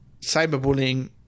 Cyberbullying